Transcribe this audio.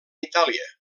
itàlia